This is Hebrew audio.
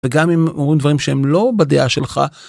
וגם אם אומרים דברים שהם לא בדיעה שלך.